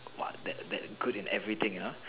what that that good in everything ah